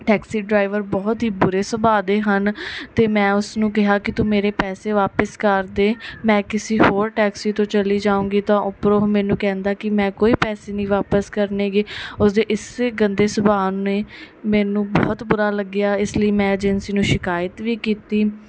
taxi driver ਬਹੁਤ ਹੀ ਬੁਰੇ ਸੁਭਾਅ ਦੇ ਹਨ ਅਤੇ ਮੈਂ ਉਸਨੂੰ ਕਿਹਾ ਕਿ ਤੂੰ ਮੇਰੇ ਪੈਸੇ ਵਾਪਿਸ ਕਰ ਦੇ ਮੈਂ ਕਿਸੇ ਹੋਰ ਟੈਕਸੀ ਤੋਂ ਚਲੀ ਜਾਊਗੀ ਤਾਂ ਉੱਪਰੋਂ ਉਹ ਮੈਨੂੰ ਕਹਿੰਦਾ ਕਿ ਮੈਂ ਕੋਈ ਪੈਸੇ ਨਹੀਂ ਵਾਪਿਸ ਕਰਨੇ ਗੇ ਉਸਦੇ ਇਸ ਗੰਦੇ ਸੁਭਾਅ ਨੇ ਮੈਨੂੰ ਬਹੁਤ ਬੁਰਾ ਲੱਗਿਆ ਇਸ ਲਈ ਮੈਂ ਏਜੰਸੀ ਨੂੰ ਸ਼ਿਕਾਇਤ ਵੀ ਕੀਤੀ